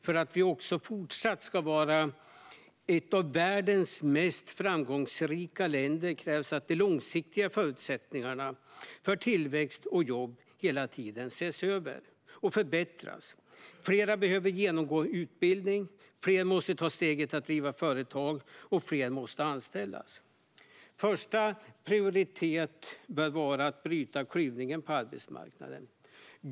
För att vi också fortsatt ska vara ett av världens mest framgångsrika länder krävs att de långsiktiga förutsättningarna för tillväxt och jobb hela tiden ses över och förbättras. Fler behöver genomgå utbildning, fler måste ta steget att driva företag och fler måste anställas. Första prioritet bör vara att bryta klyvningen på arbetsmarknaden.